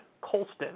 Colston